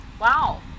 wow